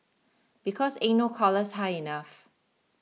because ain't no collars high enough